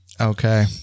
Okay